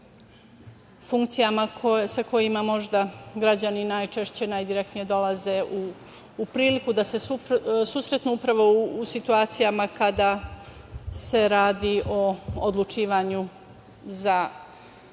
funkcijama sa kojima možda građani najčešće najdirektnije dolaze u priliku da se susretnu upravo u situacijama kada se radi o odlučivanju za